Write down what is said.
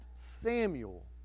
Samuel